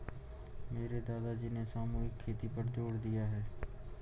मेरे दादाजी ने सामूहिक खेती पर जोर दिया है